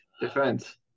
defense